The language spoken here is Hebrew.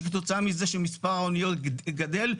שכתוצאה מזה שמס' האוניות גדל,